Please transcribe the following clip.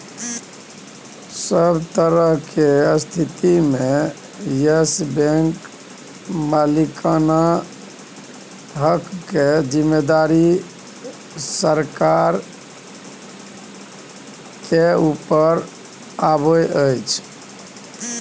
सभ तरहक स्थितिमे येस बैंकक मालिकाना हक केर जिम्मेदारी सरकारक छै आब